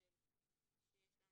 שיש שני